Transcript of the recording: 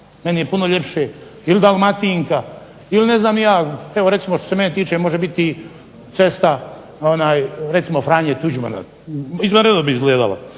meni je puno ljepše, ili Dalmatinka, ili ne znam ni ja, evo recimo što se mene tiče može biti cesta, recimo Franje Tuđmana, izvanredno bi izgledala.